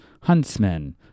huntsmen